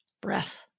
Breath